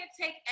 take